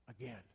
again